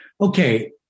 Okay